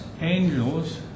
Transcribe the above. angels